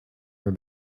her